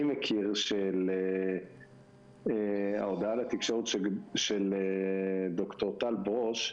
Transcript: מכיר של ההודעה לתקשורת של ד"ר טל ברוש,